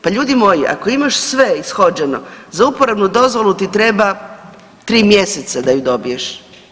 Pa ljudi moji ako imaš sve ishođeno za uporabnu dozvolu ti treba 3 mjeseca da ju dobiješ.